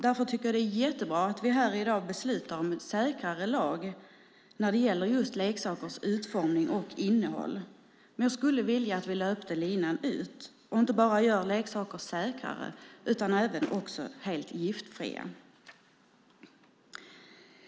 Därför tycker jag att det är jättebra att vi här i dag beslutar om en säkrare lag när det gäller just leksakers utformning och innehåll. Men jag skulle vilja att vi löpte linan ut och gjorde leksaker inte bara säkrare utan också helt giftfria.